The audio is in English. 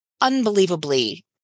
unbelievably